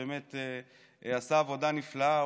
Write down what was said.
שבאמת עשה עבודה נפלאה,